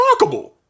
remarkable